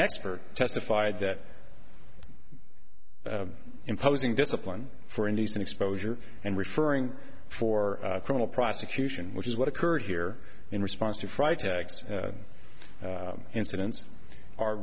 expert testified that imposing discipline for indecent exposure and referring for criminal prosecution which is what occurred here in response to fry tax incidence are